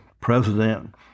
president